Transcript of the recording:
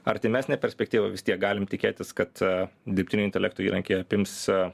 artimesnę perspektyvą vis tiek galim tikėtis kad a a dirbtinio intelekto įrankiai apims a